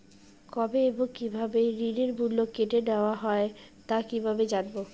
কবে এবং কিভাবে ঋণের মূল্য কেটে নেওয়া হয় তা কিভাবে জানবো?